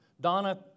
Donna